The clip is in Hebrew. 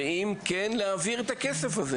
צריך להעביר את הכסף הזה,